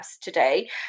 today